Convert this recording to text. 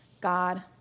God